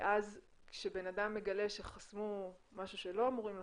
ואז כשבנאדם מגלה שחסמו משהו שלא אמורים לחסום,